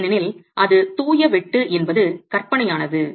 ஏனெனில் அது தூய வெட்டு என்பது கற்பனையானது